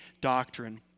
doctrine